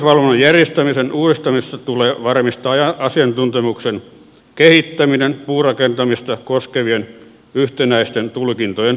rakennusvalvonnan järjestämisen uudistamisessa tulee varmistaa asiantuntemuksen kehittäminen puurakentamista koskevien yhtenäisten tulkintojen varmistamiseksi